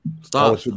Stop